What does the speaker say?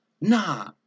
nah